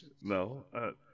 No